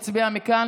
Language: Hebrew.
יצביע מכאן,